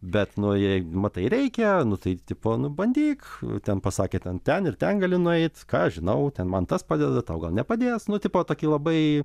bet nu jei matai reikia nu tai tipo nu bandyk ten pasakė ten ten ir ten gali nueit ką aš žinau ten man tas padeda tau gal nepadės nu tipo tokį labai